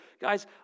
Guys